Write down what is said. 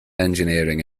engineering